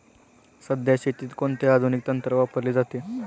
सध्या शेतीत कोणते आधुनिक तंत्र वापरले जाते?